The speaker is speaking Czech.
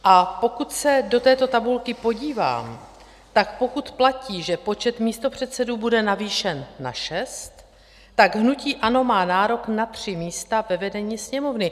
A pokud se do této tabulky podívám, tak pokud platí, že počet místopředsedů bude navýšen na šest, tak hnutí ANO má nárok na tři místa ve vedení Sněmovny.